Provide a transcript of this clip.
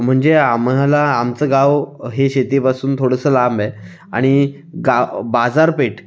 म्हणजे आम्हाला आमचं गाव हे शेतीपासून थोडंसं लांब आहे आणि गाव बाजारपेठ